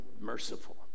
merciful